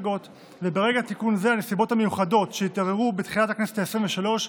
וברקע תיקון זה הנסיבות המיוחדות שהתעוררו בתחילת הכנסת העשרים-ושלוש,